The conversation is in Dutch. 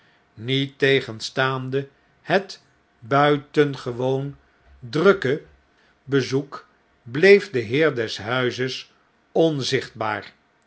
mettegenstaande het buitengewoon drukke bezoek bleef de heer des huizes onzichtbaar